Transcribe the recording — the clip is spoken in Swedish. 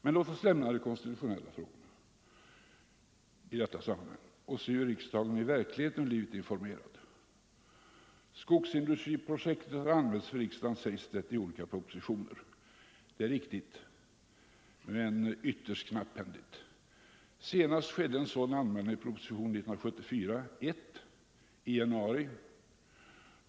Men låt oss lämna de konstitutionella frågorna i detta sammanhang och se hur riksdagen i verkligheten har blivit informerad. Skogsindustriprojektet har anmälts för riksdagen, sägs det, i olika propositioner. Det är riktigt, men det har skett ytterst knapphändigt. Senast gjordes en sådan anmälan i propositionen 1974:1 i januari.